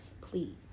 please